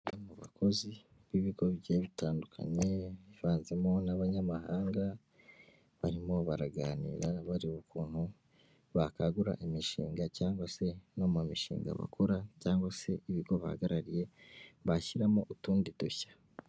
Bamwe mu bakozi b'ibigo bigiye bitandukanye bivanzemo n'abanyamahanga barimo baraganira bareba ukuntu bakagura imishinga cyangwa se no mu mishinga bakora cyangwa se ibigo bahagarariye bashyiramo utundi dushya.